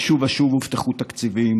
ושוב ושוב הובטחו תקציבים,